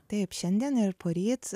taip šiandien ir poryt